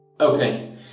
Okay